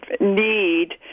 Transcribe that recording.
need